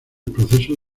proceso